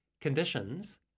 conditions